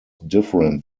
different